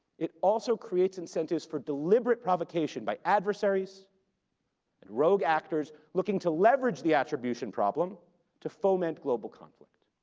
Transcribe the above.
it also creates incentives for deliberate provocation by adversaries and rogue actors looking to leverage the attribution problem to foment global conflict,